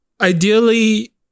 Ideally